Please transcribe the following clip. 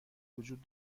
وجود